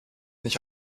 nicht